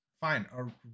fine